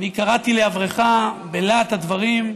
אני קראתי לעברך בלהט הדברים,